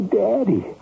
daddy